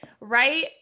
right